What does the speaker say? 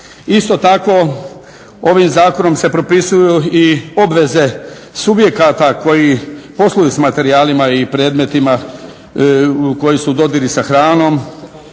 Isto tako ovim zakonom se propisuju i obveze subjekata koji posluju s materijalima i predmetima koji su u dodiru sa hranom,